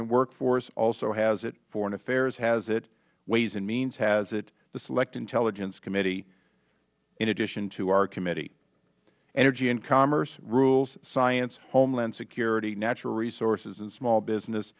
and workforce also has it foreign affairs has it ways and means has it the select intelligence committee in addition to our committee energy and commerce rules science homeland security natural resources and small business